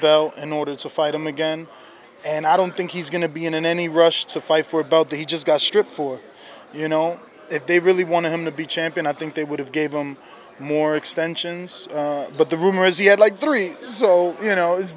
bell in order to fight him again and i don't think he's going to be in any rush to fight for both the just got stripped for you know if they really wanted him to be champion i think they would have gave them more extensions but the rumor is he had like three so you know it's